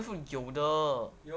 grabfood 有的